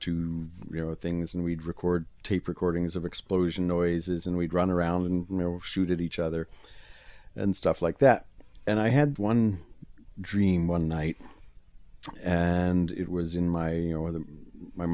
two you know things and we'd record tape recordings of explosion noises and we'd run around and shoot at each other and stuff like that and i had one dream one night and it was in my